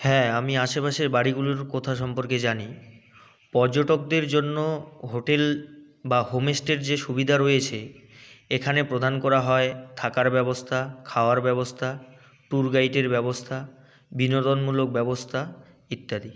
হ্যাঁ আমি আশেপাশের বাড়িগুলোর কথা সম্পর্কে জানি পর্যটকদের জন্য হোটেল বা হোমস্টের যে সুবিধা রয়েছে এখানে প্রদান করা হয় থাকার ব্যবস্থা খাওয়ার ব্যবস্থা ট্যুর গাইডের ব্যবস্থা বিনোদনমূলক ব্যবস্থা ইত্যাদি